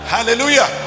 Hallelujah